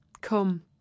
Come